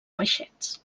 peixets